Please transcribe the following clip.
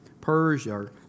Persia